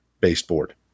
baseboard